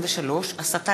למזכירת הכנסת.